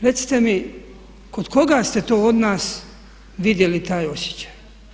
Recite mi kod koga ste to od nas vidjeli taj osjećaj?